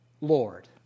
Lord